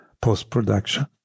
post-production